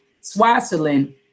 Switzerland